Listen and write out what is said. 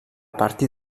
partir